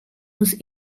was